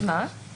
רת"א